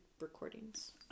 recordings